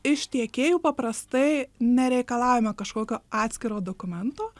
iš tiekėjų paprastai nereikalaujame kažkokio atskiro dokumento